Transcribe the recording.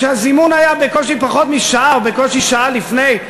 כשהזימון היה בקושי פחות משעה או בקושי שעה לפני,